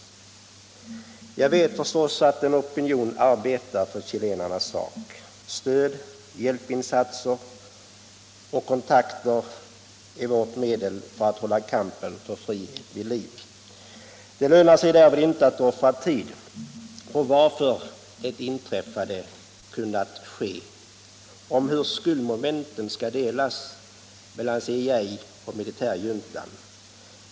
Jag vet förstås att en opinion arbetar för chilenarnas sak. Stöd, hjälpinsatser och kontakter är våra medel för att hålla kampen för frihet vid liv. Det lönar sig därför inte att offra tid på att försöka ta reda på varför det inträffade kunnat ske, hur skuldmomenten skall delas mellan CIA och militärjuntan.